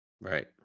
Right